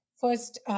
first